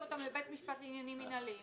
ושולחים אותם לבית משפט לעניינים מנהליים?